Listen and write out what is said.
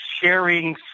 sharing